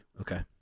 Okay